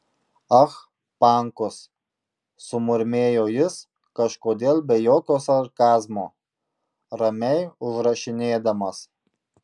ah pankus sumurmėjo jis kažkodėl be jokio sarkazmo ramiai užrašinėdamas